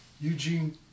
Eugene